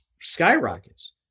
skyrockets